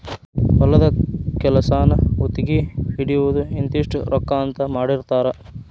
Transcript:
ಹೊಲದ ಕೆಲಸಾನ ಗುತಗಿ ಹಿಡಿಯುದು ಇಂತಿಷ್ಟ ರೊಕ್ಕಾ ಅಂತ ಮಾತಾಡಿರತಾರ